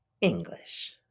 English